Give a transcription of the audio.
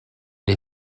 les